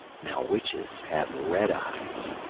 now witches have red eyes,